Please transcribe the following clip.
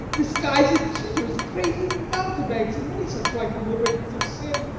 disguised cheaters, prating mountebanks, and many such-like liberties of sin